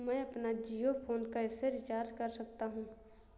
मैं अपना जियो फोन कैसे रिचार्ज कर सकता हूँ?